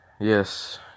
Yes